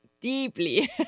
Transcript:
deeply